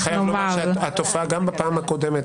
היה בג"ץ והתחילו לדון בתוך המנגנון הממשלתי